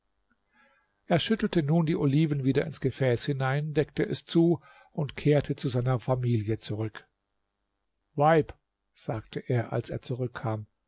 er schüttelte nun die oliven wieder ins gefäß hinein deckte es zu und kehrte zu seiner familie zurück weib sagte er als er zurückkam